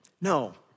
No